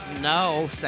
no